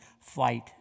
flight